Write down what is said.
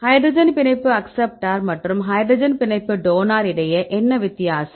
hydrogen பிணைப்பு acceptor மற்றும் hydrogen பிணைப்பு டோனர் இடையே என்ன வித்தியாசம்